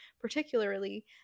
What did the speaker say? particularly